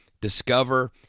discover